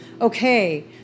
okay